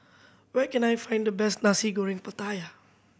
where can I find the best Nasi Goreng Pattaya